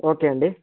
okay అండి